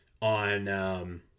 on